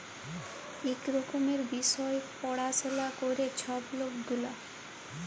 ইক রকমের বিষয় পাড়াশলা ক্যরে ছব লক গিলা